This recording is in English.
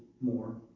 more